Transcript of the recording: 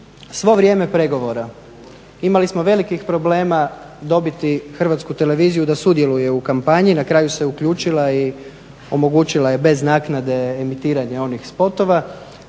Svo vrijeme pregovora imali smo velikih problema dobiti HRT da sudjeluje u kampanji, na kraju se uključila i omogućila je bez naknade emitiranje onih spotova.